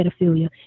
pedophilia